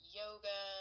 yoga